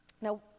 Now